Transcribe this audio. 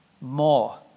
more